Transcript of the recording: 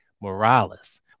Morales